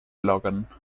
bloggen